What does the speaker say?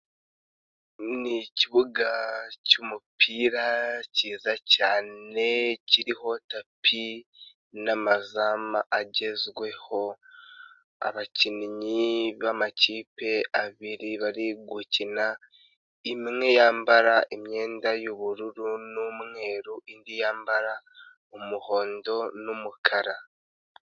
Ni ikibuga cyumupira cyiza cyane kiriho tapi n'amazamu agezweho, abakinnyi b'amakipe abiri bari gukina, imwe yambara imyenda y'ubururu n'umweru, indi yambara umuhondo n'umukara.